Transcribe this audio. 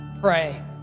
pray